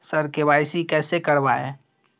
sir KYC कैसे करवाएं